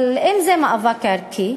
אבל אם זה מאבק ערכי,